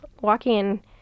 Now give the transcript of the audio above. walking